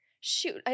Shoot